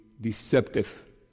deceptive